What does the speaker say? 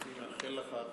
תודה רבה.